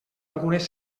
algunes